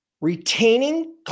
Retaining